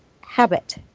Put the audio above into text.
habit